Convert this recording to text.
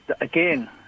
again